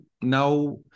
now